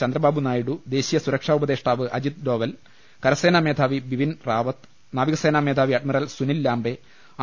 ചന്ദ്രബാബു നായിഡു ദേശീയ സുരക്ഷാ ഉപദേഷ്ടാവ് അജിത് ഡോവൽ കരസേനാ മേധാവി ബിപിൻ റാവത്ത് നാവികസേനാ മേധാവി അഡ്മിറൽ സുനിൽ ലാൻബ ആർ